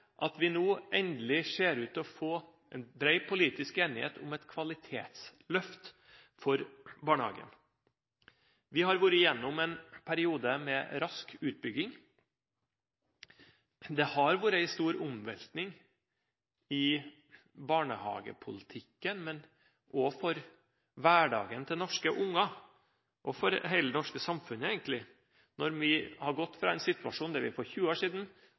at vi nå endelig ser ut til å få en bred politisk enighet om et kvalitetsløft for barnehagen. Vi har vært gjennom en periode med rask utbygging. Det har vært en stor omveltning i barnehagepolitikken, men også for hverdagen til norske unger – og for hele det norske samfunnet egentlig – når vi har gått fra en situasjon der vi for 20 år siden